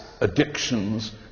addictions